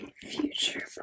future